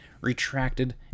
retracted